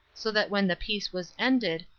so that when the piece was ended,